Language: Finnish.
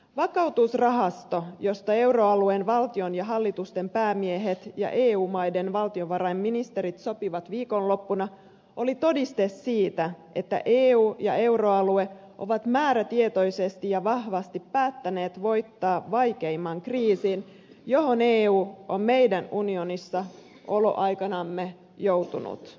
vakautusrahasto josta euroalueen valtion ja hallitusten päämiehet ja eu maiden valtiovarainministerit sopivat viikonloppuna oli todiste siitä että eu ja euroalue ovat määrätietoisesti ja vahvasti päättäneet voittaa vaikeimman kriisin johon eu on meidän unionissa olon aikanamme joutunut